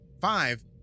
five